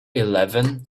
eleven